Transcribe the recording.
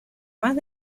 más